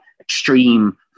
extreme